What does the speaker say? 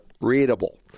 readable